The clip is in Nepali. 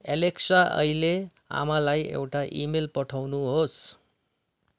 एलेक्सा अहिल्यै आमालाई एउटा इमेल पठाउनुहोस्